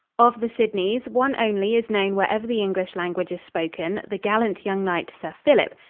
of the sidneys, one only is known wherever the english language is spoken the gallant young knight, sir philip,